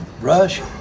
Rush